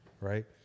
right